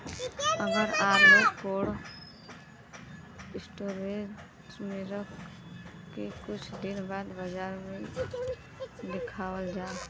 अगर आलू cold storage में रख के कुछ दिन बाद बाजार में लियावल जा?